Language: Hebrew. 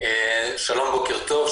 בוקר טוב.